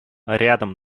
рядом